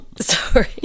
Sorry